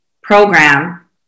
program